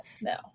No